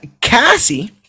cassie